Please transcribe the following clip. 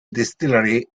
distillery